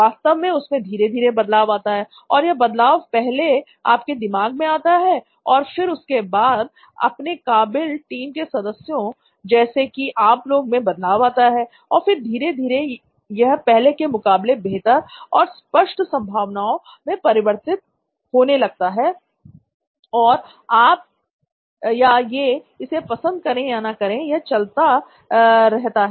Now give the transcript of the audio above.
वास्तव में उसमें धीरे धीरे बदलाव आता है और यह बदलाव पहले आपके दिमाग में आता है और फिर उसके बाद अपने काबिल टीम के सदस्यों जैसे कि आप लोग मैं बदलाव आता है और फिर धीरे धीरे यह पहले के मुकाबले बेहतर और स्पष्ट संभावनाओं में परिवर्तित होने लगता है और आप या ये इसे पसंद करें या ना करें पर यह चलता रहता है